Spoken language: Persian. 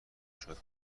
میشد